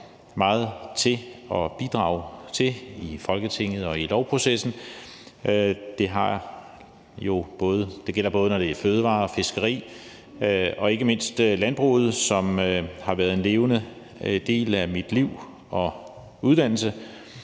meget til at bidrage til i Folketinget og i lovprocessen. Det gælder både fødevarer, fiskeri og ikke mindst landbruget, som har været en levende del af mit liv og uddannelse,